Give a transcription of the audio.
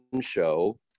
show